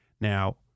Now